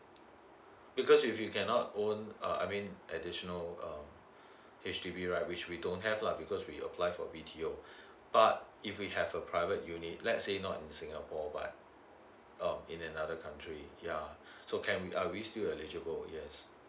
because if you cannot own uh I mean additional uh H_D_B right which we don't have lah because we apply for B T O but if we have a private unit let's say not in singapore but um in another country yeah so can we are we still eligible yes